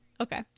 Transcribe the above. okay